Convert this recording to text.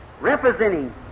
Representing